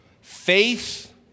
faith